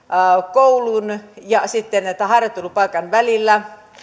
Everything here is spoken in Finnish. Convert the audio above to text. koulun ja sitten tämän harjoittelupaikan välillä